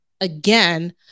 again